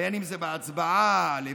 בין שזה בהצבעה על אביתר,